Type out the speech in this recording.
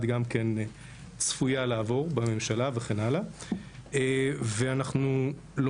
גם כן צפויה לעבור בממשלה וכן הלאה.